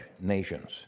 nations